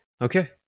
okay